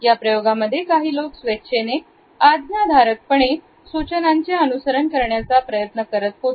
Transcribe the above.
या प्रयोगामध्ये काही लोक स्वेच्छेने आज्ञाधारकपणे सूचनांचे अनुसरण करण्याचा प्रयत्न करत होते